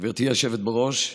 היושבת-ראש,